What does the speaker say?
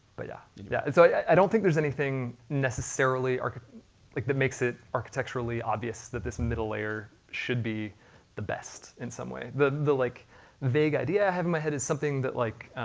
but yeah, so i don't there's anything necessarily, um like that makes it architecturally obvious that this middle layer should be the best in some way. the the like vague idea i have in my head, is something that like.